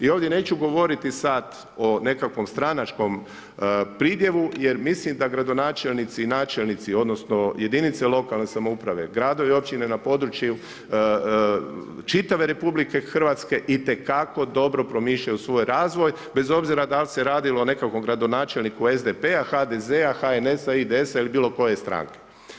I ovdje neću govoriti sad o nekakvom stranačkom pridjevu, jer mislim da gradonačelnici i načelnici, odnosno, jedinica lokalne samouprave, gradovi i općine na području čitave RH, itekako dobro promišljaju svoj razvoj, bez obzira dal se radilo o nekakvom gradonačelniku SDP-a, HDZ-a, HNS-a, IDS-a ili bilo koje stranke.